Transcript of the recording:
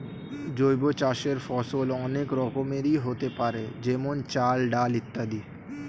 জৈব চাষের ফসল অনেক রকমেরই হতে পারে যেমন চাল, ডাল ইত্যাদি